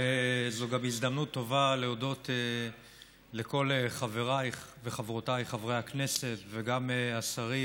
וזו גם הזדמנות טובה להודות לכל חבריי וחברותיי חברי הכנסת וגם לשרים